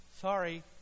Sorry